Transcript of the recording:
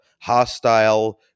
hostile